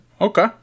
Okay